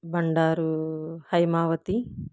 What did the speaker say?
Bandaru Haimavathi